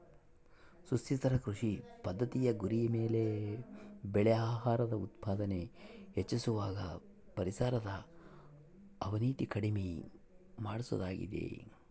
ಸುಸ್ಥಿರ ಕೃಷಿ ಪದ್ದತಿಯ ಗುರಿ ಬೆಳೆ ಆಹಾರದ ಉತ್ಪಾದನೆ ಹೆಚ್ಚಿಸುವಾಗ ಪರಿಸರದ ಅವನತಿ ಕಡಿಮೆ ಮಾಡೋದಾಗಿದೆ